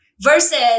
versus